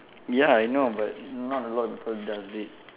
ya I know but not a lot of people does it